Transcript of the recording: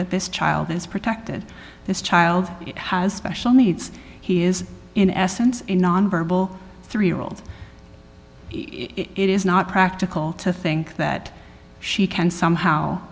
that this child is protected this child has special needs he is in essence a nonverbal three year old it is not practical to think that she can somehow